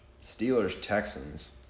Steelers-Texans